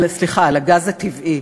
הגז הטבעי.